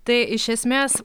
tai iš esmės